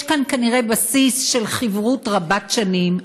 יש כאן כנראה בסיס של חִברות רבת-שנים.